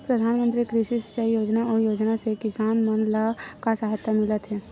प्रधान मंतरी कृषि सिंचाई योजना अउ योजना से किसान मन ला का सहायता मिलत हे?